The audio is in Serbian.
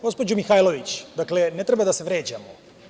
Gospođo Mihajlović, ne treba da se vređamo.